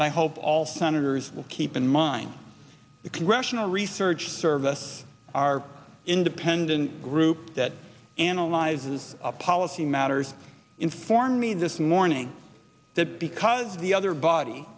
i hope all senators will keep in mind the congressional research service our independent group that analyzes a policy matters inform me this morning that because the other body